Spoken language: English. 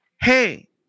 hey